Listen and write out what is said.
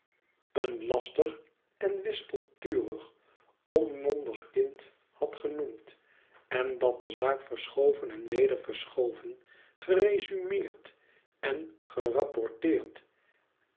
verschil tig en wispelturig onmondig kind had genoemd en dat de zaak verschoven en weder verschoven geresumeerd en gerapporteerd